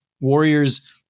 Warriors